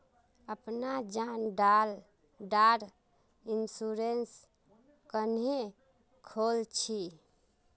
अपना जान डार इंश्योरेंस क्नेहे खोल छी?